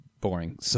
boring